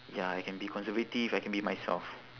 ya I can be conservative I can be myself